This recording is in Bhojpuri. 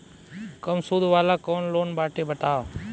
कम सूद वाला कौन लोन बाटे बताव?